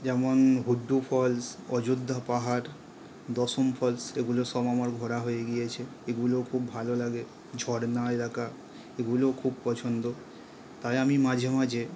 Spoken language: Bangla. যেমন হুড্রু ফলস অয্যোধ্যা পাহাড় দশম ফলস এগুলো সব আমার ঘোরা হয়ে গিয়েছে এগুলো খুব ভালো লাগে ঝরনা এলাকা এগুলোও খুব পছন্দ তাই আমি মাঝে মাঝে